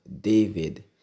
David